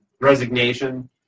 resignation